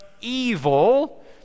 evil